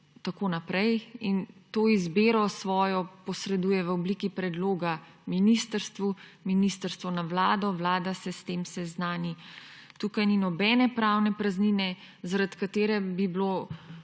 tako naprej in svojo izbiro posreduje v obliki predloga ministrstvu, ministrstvo na Vlado, Vlada se s tem seznani. Tukaj ni nobene pravne praznine, zaradi katere bi bilo